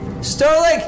Sterling